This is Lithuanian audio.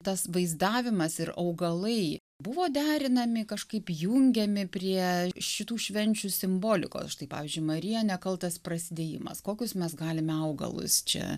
tas vaizdavimas ir augalai buvo derinami kažkaip jungiami prie šitų švenčių simbolikos štai pavyzdžiui marija nekaltas prasidėjimas kokius mes galime augalus čia